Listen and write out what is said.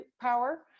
power